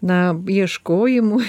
na ieškojimų